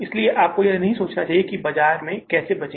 इसलिए आपको यह नहीं सोचना है कि बाजार में कैसे बचे